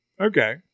Okay